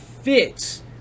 Fits